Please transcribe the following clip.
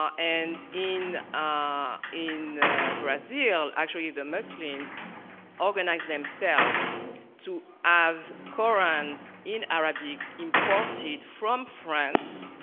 um and in ah in brazil actually the muslims organized themselves to have korans in arabic imported from france.